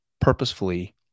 purposefully